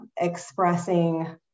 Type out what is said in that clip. expressing